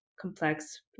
complex